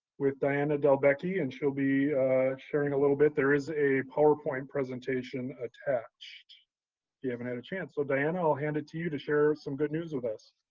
with diana delbecchi and she'll be sharing a little bit. there is a powerpoint presentation attached, if you haven't had a chance. so diana, i will hand it to you to share some good news with us.